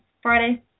Friday